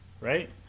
right